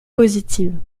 positives